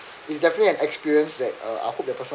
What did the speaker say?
it's definitely an experience that uh I hope that person